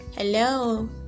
hello